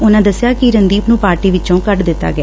ਉਨਾਂ ਦਸਿਆ ਕਿ ਰਨਦੀਪ ਨੁੰ ਪਾਰਟੀ ਵਿਚੋਂ ਕੱਢ ਦਿੱਤਾ ਗਿਆ